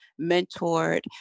mentored